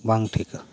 ᱵᱟᱝ ᱴᱷᱤᱠᱟ